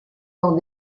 dans